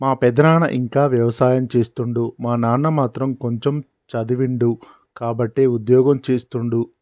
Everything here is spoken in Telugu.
మా పెదనాన ఇంకా వ్యవసాయం చేస్తుండు మా నాన్న మాత్రం కొంచెమ్ చదివిండు కాబట్టే ఉద్యోగం చేస్తుండు